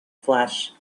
flesh